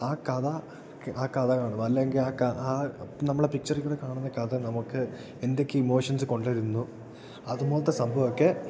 ആ കഥ ആ കഥ കാണും അല്ലെങ്കിൽ ആ ആ നമ്മൾ ആ പിക്ചറുകൂടെ കാണുന്ന കഥ നമുക്ക് എന്തൊക്കെയോ ഇമോഷൻസ് കൊണ്ടുവരുന്നു അതുപോലത്തെ സംഭവം ഒക്കെ